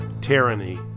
tyranny